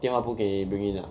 电话不可以 bring in ah